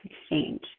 Exchange